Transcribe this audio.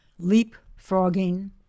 leapfrogging